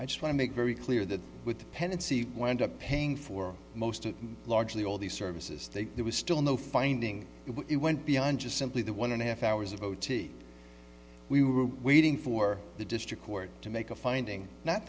i just want to make very clear that with the pendency wind up paying for most largely all these services that there was still no finding it went beyond just simply the one and a half hours of o t we were waiting for the district court to make a finding